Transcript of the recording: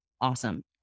Awesome